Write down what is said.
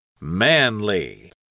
Manly